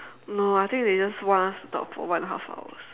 no I think they just want us to talk for one and a half hours